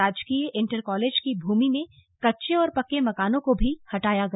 राजकीय inter college की भूमि में कच्चे ओर पक्के मकानों को भी हटाया गया